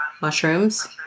mushrooms